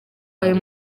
ayo